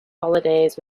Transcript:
holidays